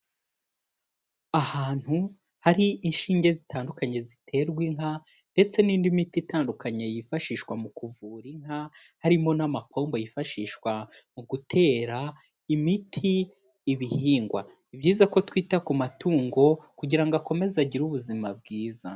Ahantu hari inshinge zitandukanye ziterwa inka ndetse n'indi miti itandukanye yifashishwa mu kuvura inka, harimo n'amapomba yifashishwa mu gutera imiti ibihingwa, ni byiza ko twita ku matungo kugira ngo akomeze agire ubuzima bwiza.